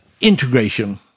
integration